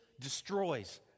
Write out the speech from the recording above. destroys